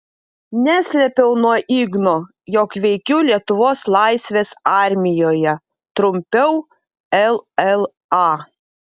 neslėpiau nuo igno jog veikiu lietuvos laisvės armijoje trumpiau lla